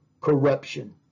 corruption